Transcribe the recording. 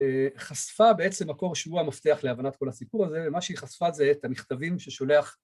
חשפה בעצם מקור שהוא המפתח להבנת כל הסיפור הזה ומה שהיא חשפה זה את המכתבים ששולח